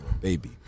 baby